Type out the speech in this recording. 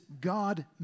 God